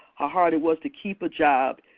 ah hard it was to keep a job,